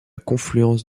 confluence